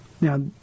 Now